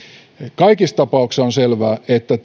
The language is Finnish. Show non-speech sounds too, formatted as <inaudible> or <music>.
kaikissa tapauksissa on selvää että <unintelligible>